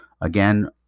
again